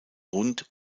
rund